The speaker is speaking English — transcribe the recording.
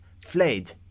fled